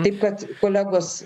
taip kad kolegos